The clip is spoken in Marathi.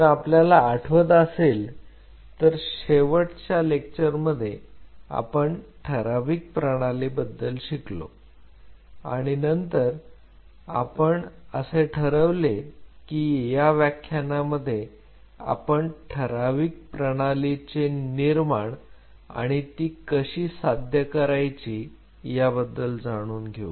जर आपल्याला आठवत असेल तर शेवटच्या वर्गात आपण ठराविक प्रणाली बद्दल शिकलो आणि नंतर आपण असे ठरवले की या व्याख्याना मध्ये आपण ठराविक प्रणालीचे निर्माण आणि ती कशी साध्य करायची याबद्दल जाणून घेऊ